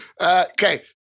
okay